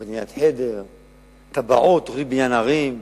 בניית חדר, תב"עות, תוכנית בניין ערים,